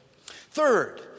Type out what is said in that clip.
Third